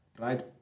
right